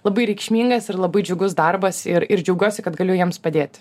labai reikšmingas ir labai džiugus darbas ir ir džiaugiuosi kad galiu jiems padėt